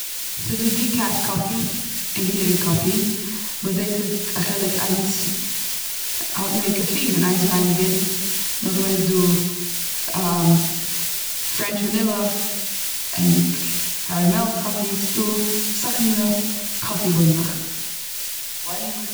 ס'איז דא די-קעף קאפי און געהעריגע קאפי וואס דאס איז א חילוק איינס האט מער קאפין און איינס ווייניגער. און נאכדעם איז דא פרענטש ווענילא, און קארעמעל קאפי, ס'איז דא אסאך מיני קאפי בונדלעך.